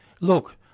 look